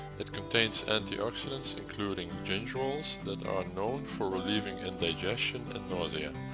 it contains antioxidants including gingerols that are known for relieving indigestion and nausea.